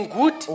good